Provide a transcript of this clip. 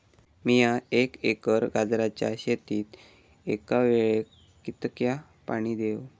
मीया एक एकर गाजराच्या शेतीक एका वेळेक कितक्या पाणी देव?